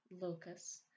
locus